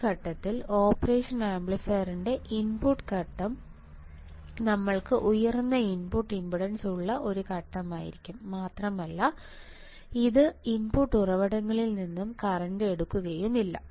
ഈ ഘട്ടത്തിൽ ഓപ്പറേഷൻ ആംപ്ലിഫയറിന്റെ ഇൻപുട്ട് ഘട്ടം ഞങ്ങൾക്ക് ഉയർന്ന ഇൻപുട്ട് ഇംപെഡൻസ് ഉള്ള ഒരു ഘട്ടമായിരിക്കും മാത്രമല്ല ഇത് ഇൻപുട്ട് ഉറവിടങ്ങളിൽ നിന്ന് കറന്റ് എടുക്കുകയുമില്ല